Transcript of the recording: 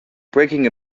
breaking